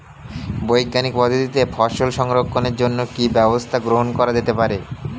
বৈজ্ঞানিক পদ্ধতিতে ফসল সংরক্ষণের জন্য কি ব্যবস্থা গ্রহণ করা যেতে পারে?